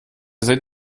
sind